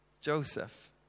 Joseph